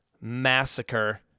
massacre